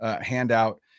Handout